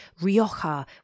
Rioja